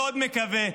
מאוד מקווה,